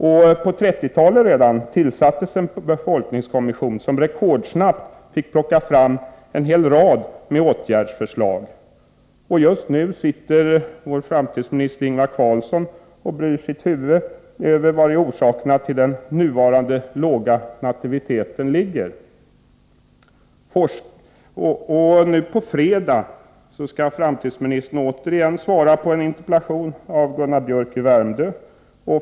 Redan på 1930-talet tillsattes en befolkningskommission som rekordsnabbt fick plocka fram en hel rad åtgärdsförslag. Just nu sitter vår framtidsminister Ingvar Carlsson och bryr sitt huvud över var orsakerna till den nuvarande låga nativiteten ligger. Nu på fredag skall framtidsministern återigen svara på en interpellation av Gunnar Biörck i Värmdö.